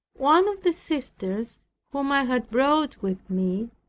one of the sisters whom i had brought with me,